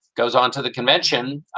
goes on to the convention,